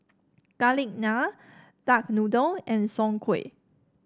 Garlic Naan Duck Noodle and Soon Kuih